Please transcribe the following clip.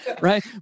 right